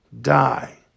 die